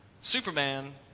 Superman